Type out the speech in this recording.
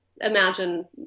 imagine